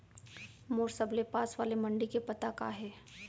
मोर सबले पास वाले मण्डी के पता का हे?